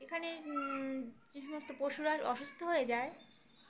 এখানে যে সমস্ত পশুরা অসুস্থ হয়ে যায়